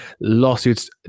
lawsuits